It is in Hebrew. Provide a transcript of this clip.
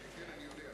וכרגיל וכמקובל,